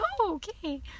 Okay